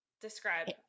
Describe